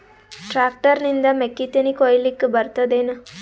Tractor ನಿಂದ ಮೆಕ್ಕಿತೆನಿ ಕೊಯ್ಯಲಿಕ್ ಬರತದೆನ?